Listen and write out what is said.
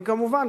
וכמובן,